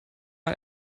man